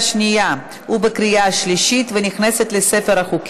44 חברי כנסת בעד,